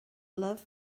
love